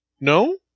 No